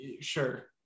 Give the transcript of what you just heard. sure